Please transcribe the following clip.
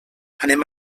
anem